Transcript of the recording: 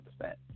percent